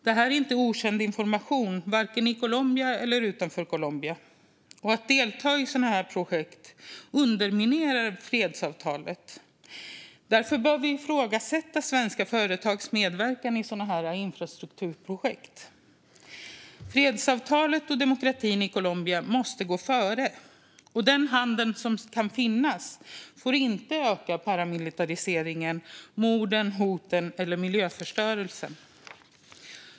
Det här är inte okänd information, vare sig i eller utanför Colombia. Att delta i sådana här projekt underminerar fredsavtalet. Därför bör vi ifrågasätta svenska företags medverkan i sådana infrastrukturprojekt. Fredsavtalet och demokratin i Colombia måste gå före. Och den handel som kan finnas får inte öka paramilitariseringen, morden, hoten eller miljöförstörelsen.